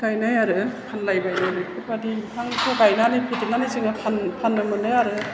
गायनाय आरो फानलाय बायलाय बिफोरबादि बिफांखौ गायनानै फेदेरनानै जोङो फाननो मोनो आरो